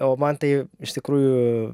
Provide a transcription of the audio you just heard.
o man tai iš tikrųjų